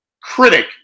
critic